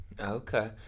Okay